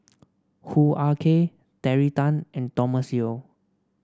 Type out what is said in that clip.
Hoo Ah Kay Terry Tan and Thomas Yeo